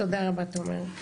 תודה רבה תומר.